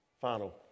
final